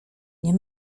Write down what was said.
nie